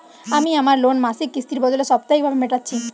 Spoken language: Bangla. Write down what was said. আমি আমার লোন মাসিক কিস্তির বদলে সাপ্তাহিক ভাবে মেটাচ্ছি